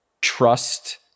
trust